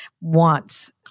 wants